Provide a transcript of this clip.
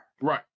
Right